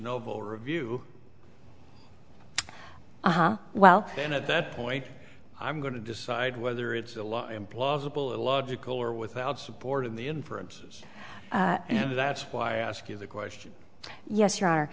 noble review well then at that point i'm going to decide whether it's a law implausible illogical or without support of the inferences and that's why i ask you the question yes you are